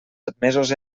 admesos